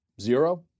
Zero